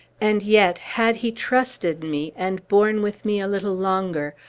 and yet, had he trusted me, and borne with me a little longer,